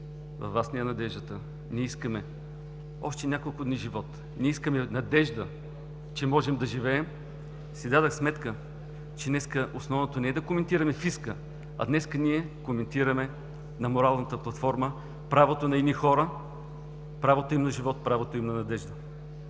„Във Вас ни е надеждата! Ние искаме още няколко дни живот, ние искаме надежда, че можем да живеем!“ – си дадох сметка, че днес основното не е да коментираме фиска, а днес ние коментираме на моралната платформа правото на едни хора, правото им на живот, правото им на надежда.